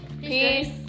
Peace